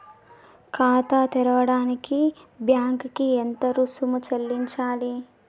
ఖాతా తెరవడానికి బ్యాంక్ కి ఎంత రుసుము చెల్లించాలి?